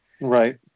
Right